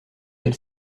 elle